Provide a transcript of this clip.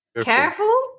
Careful